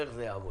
איך זה יעבוד.